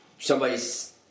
somebody's